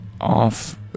off